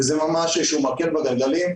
וזה ממש איזשהו מקל בגלגלים.